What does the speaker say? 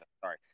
Sorry